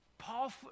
Paul